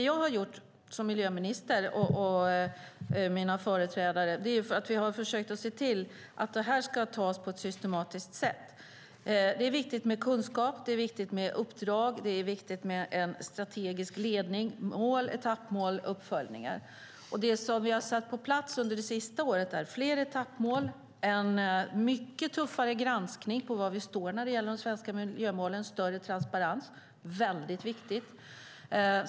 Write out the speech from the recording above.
Jag, som miljöminister, och mina företrädare har försökt se till att det här ska göras på ett systematiskt sätt. Det är viktigt med kunskap. Det är viktigt med uppdrag. Det är viktigt med en strategisk ledning, mål, etappmål och uppföljningar. Det som vi har satt på plats under det senaste året är fler etappmål. Det är en mycket tuffare granskning av var vi står när det gäller de svenska miljömålen. Det är en större transparens. Det är väldigt viktigt.